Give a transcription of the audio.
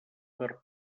per